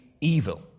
evil